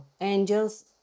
angels